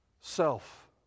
Self